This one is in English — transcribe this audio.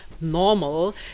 normal